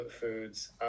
foods